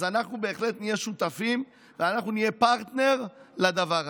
אז אנחנו בהחלט נהיה שותפים ואנחנו נהיה פרטנר לדבר הזה.